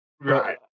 Right